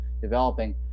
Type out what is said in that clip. developing